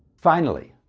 finally,